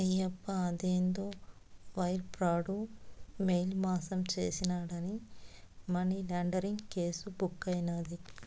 ఆయప్ప అదేందో wire fraud, mail మాసం చేసినాడాని మనీలాండరీంగ్ కేసు బుక్కైనాది